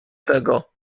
tego